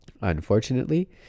unfortunately